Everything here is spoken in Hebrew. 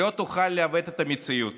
לא תוכל לעוות את המציאות.